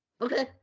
Okay